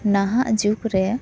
ᱱᱟᱦᱟᱜ ᱡᱩᱜᱽ ᱨᱮ